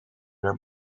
naar